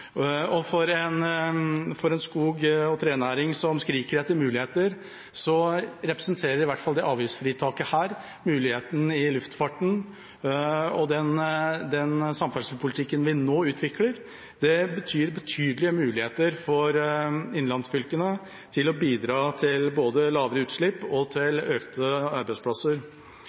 For en skog- og trenæring som skriker etter muligheter, representerer i hvert fall dette avgiftsfritaket muligheter for luftfarten, og den samferdselspolitikken vi nå utvikler, vil gi betydelige muligheter for innlandsfylkene og kan bidra til lavere utslipp og flere arbeidsplasser. Jeg ser fram til